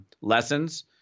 lessons